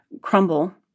crumble